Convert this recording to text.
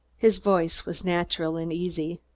his voice was natural and easy.